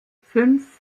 fünf